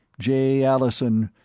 jay allison,